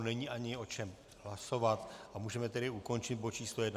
Není ani o čem hlasovat, můžeme tedy ukončit bod číslo jedenáct.